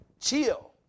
chill